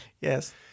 Yes